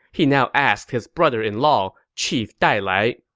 he now asked his brother-in-law, chief dailai,